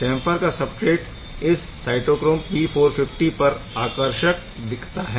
camphor का substrate इस cytochrome P450 पर आकर्षक दिखता है